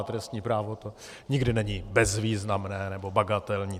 A trestní právo nikdy není bezvýznamné nebo bagatelní.